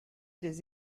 des